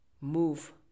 move